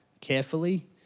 carefully